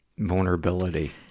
Vulnerability